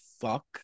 fuck